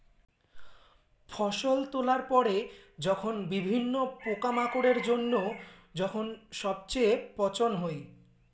ফসল তোলার পরে যখন বিভিন্ন পোকামাকড়ের জইন্য যখন সবচেয়ে পচন হই